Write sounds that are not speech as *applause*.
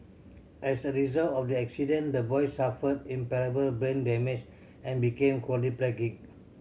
as a result of the accident the boy suffered *unintelligible* brain damage and became quadriplegic